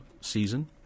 season